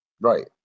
Right